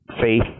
faith